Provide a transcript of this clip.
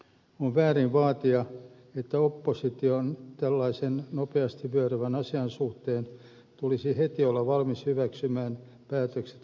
on väärin vaatia että tällaisen nopeasti vyöryvän asian suhteen opposition tulisi heti olla valmis hyväksymään päätökset kaikilta osin